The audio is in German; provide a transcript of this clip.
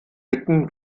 bitten